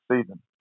season